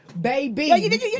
baby